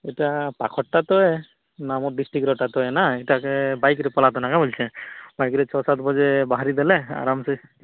ଏହିଟା ପାଖଟା ତେ ନା ଆମ ଡିଷ୍ଟ୍ରିକ୍ଟ ରେ ବାଇକ୍ ରୁ ଛଅ ସାତ ବଜେ ବାହାରି ଦେଲେ ଆରମଶେ